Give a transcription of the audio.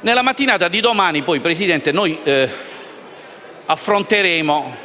nella mattinata di domani affronteremo